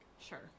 Sure